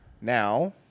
Now